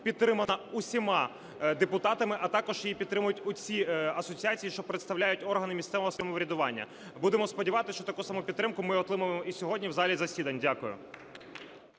підтримана усіма депутатами, а також її підтримують усі асоціації, що представляють органи місцевого самоврядування. Будемо сподіватись, що таку саму підтримку ми отримаємо і сьогодні в залі засідань. Дякую.